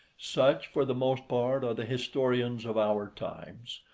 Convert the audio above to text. such, for the most part, are the historians of our times,